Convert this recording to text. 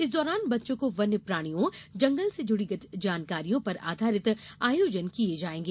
इस दौरान बच्चों को वन्य प्राणियों जंगल से जुड़ी जानकारियों पर आधारित आयोजन किया जायेगा